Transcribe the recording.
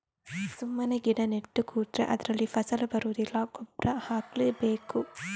ಸುಮ್ಮನೆ ಗಿಡ ನೆಟ್ಟು ಕೂತ್ರೆ ಅದ್ರಲ್ಲಿ ಫಸಲು ಬರುದಿಲ್ಲ ಗೊಬ್ಬರ ಹಾಕ್ಲೇ ಬೇಕು